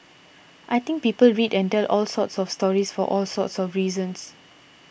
I think people read and tell all sorts of stories for all sorts of reasons